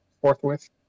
forthwith